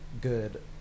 good